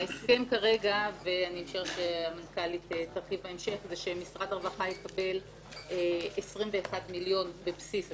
ההסכם כרגע זה שמשרד הרווחה יקבל 21 מיליון בבסיס התקציב.